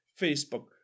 Facebook